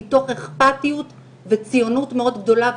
מתוך אכפתיות וציונות מאוד גדולה.